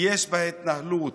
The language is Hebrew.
יש בהתנהלות,